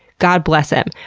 god bless him.